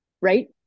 right